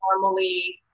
normally